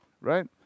right